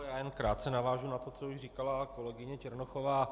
Já jen krátce navážu na to, co už říkala kolegyně Černochová.